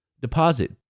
deposit